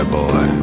boy